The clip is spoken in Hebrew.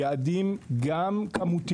גם יעדים כמותיים.